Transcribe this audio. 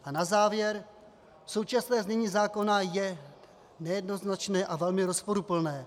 A na závěr: Současné znění zákona je nejednoznačné a velmi rozporuplné.